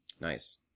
Nice